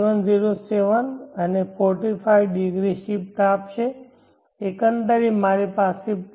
707 45 ° shift આપશે એકંદરે મારી પાસે 0